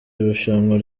rushanwa